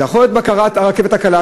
זה יכול להיות בקרת הרכבת הקלה,